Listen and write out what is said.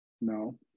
No